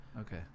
Okay